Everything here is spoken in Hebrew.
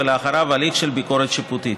ואחריו הליך של ביקורת שיפוטית.